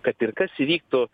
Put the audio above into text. kad ir kas įvyktų